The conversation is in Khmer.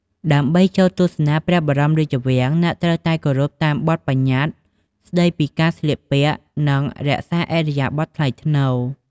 ដើម្បីចូលទស្សនាព្រះបរមរាជវាំង អ្នកត្រូវតែគោរពតាមបទប្បញ្ញត្តិស្ដីពីការស្លៀកពាក់ និងរក្សាឥរិយាបថថ្លៃថ្នូរ។